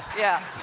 yeah,